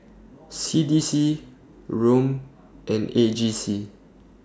C D C Rom and A G C